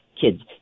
kids